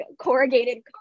corrugated